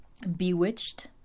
bewitched